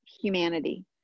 humanity